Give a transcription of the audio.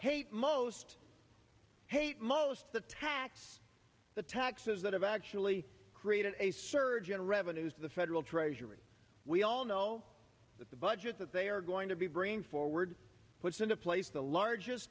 hate most hate most the tax the taxes that have actually created a surge in revenues to the federal treasury we all know that the budget that they are going to be bringing forward puts into place the largest